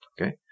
Okay